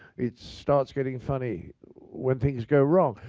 it starts getting funny when things go wrong.